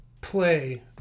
play